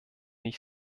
ich